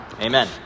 Amen